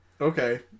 Okay